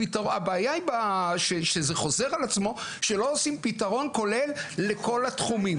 הבעיה שזה חוזר על עצמו שלא עושים פתרון כולל לכל התחומים,